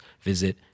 visit